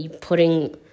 putting